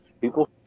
people